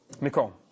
Nicole